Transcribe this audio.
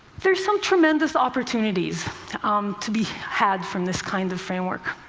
there are some tremendous opportunities um to be had from this kind of framework.